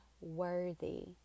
worthy